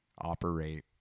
operate